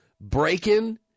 Breaking